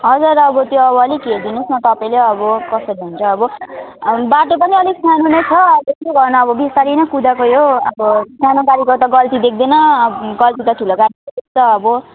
हजुर अब त्यो अब अलिक हेरिदिनु होस् न तपाईँले अब कसरी हुन्छ अब बाटो पनि अलिक सानो नै छ अब बिस्तारो नै कुदाएको हो अब सानो गाडीको त गल्ती देख्दैन गल्ती त ठुलो गाडीको देख्छ अब